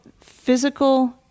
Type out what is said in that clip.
physical